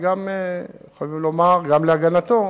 חייבים לומר להגנתו